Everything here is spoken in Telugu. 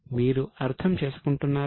మీరు అర్థం చేసుకుంటున్నారా